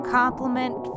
compliment